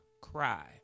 cry